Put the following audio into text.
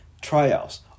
trials